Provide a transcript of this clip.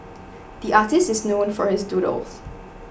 the artist is known for his doodles